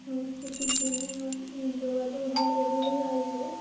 সাংস্কৃতিক বিনিময় যোগাযোগ হয় এভাবেই হয় যে